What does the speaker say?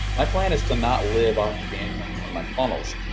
my plan is to not live off of the income from my funnels.